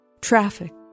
traffic